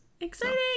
Exciting